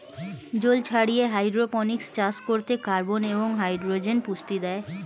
জল ছাড়িয়ে হাইড্রোপনিক্স চাষ করতে কার্বন এবং হাইড্রোজেন পুষ্টি দেয়